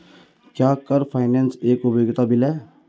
क्या car finance एक उपयोगिता बिल है?